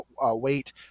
wait